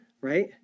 right